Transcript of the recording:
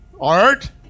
Art